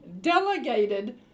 delegated